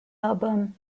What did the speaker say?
album